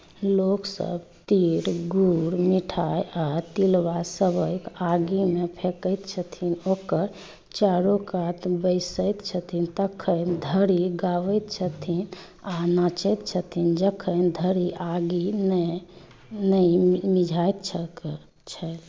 लोकसभ तिल गुड़ मिठाइ आओर तिलबा सभके आगिमे फेकैत छथिन ओकर चारूकात बैसैत छथिन तखन धरि गाबैत छथिन आओर नाचैत छथिन जखन धरि आगि नहि मिझाइत छै